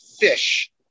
fish